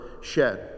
shed